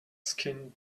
skin